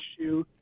issue